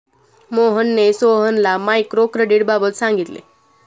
मोहनने सोहनला मायक्रो क्रेडिटबाबत सांगितले